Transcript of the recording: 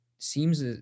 seems